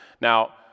Now